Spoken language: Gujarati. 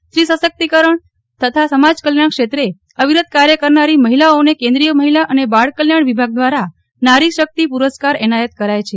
સ્ત્રી શક્તિકરણ તથા સમાજ કલ્યાણ ક્ષેત્રે અવિરત કાર્ય કરનારી મહિલાઓને કેન્દ્રીય મહિલા અને બાળકલ્યાણ વિભાગ દ્વારા નારી શક્તિ પુરસ્કાર એનાયત કરાય છે